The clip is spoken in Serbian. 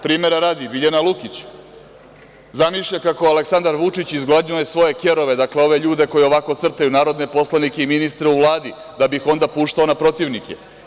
Primera radi LJiljana Lukić zamišlja kako Aleksandar Vučić izgladnjuje svoje kerove, dakle ove ljude koji ovako crtaju narodne poslanike i ministre u Vladi da bi ih onda puštao na protivnike.